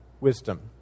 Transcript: wisdom